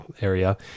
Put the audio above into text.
area